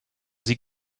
sie